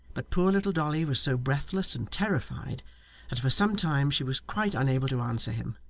but poor little dolly was so breathless and terrified that for some time she was quite unable to answer him,